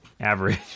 average